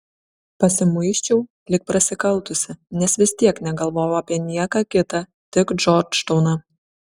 pasimuisčiau lyg prasikaltusi nes vis tiek negalvojau apie nieką kitą tik džordžtauną